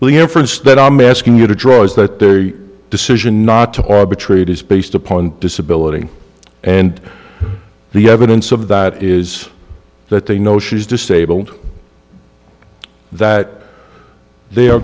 france that i'm asking you to draw is that their decision not to arbitrate is based upon disability and the evidence of that is that they know she's disabled that they are